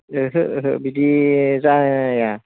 ओहो ओहो बिदि जाया